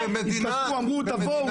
הם אמרו תבואו.